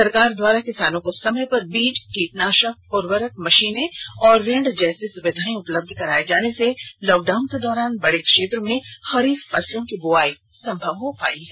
सरकार द्वारा किसानों को समय पर बीज कीटनाशक उर्वरक मशीनें और ऋण जैसी सुविधाएं उपलब्ध कराए जाने से लॉकडाउन के दौरान बडे क्षेत्र में खरीफ फसलों की बुआई संभव हो पाई है